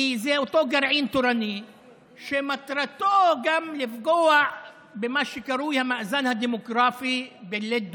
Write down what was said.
כי זה אותו גרעין תורני שמטרתו גם לפגוע במה שקרוי המאזן הדמוגרפי בליד,